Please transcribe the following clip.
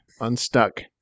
Unstuck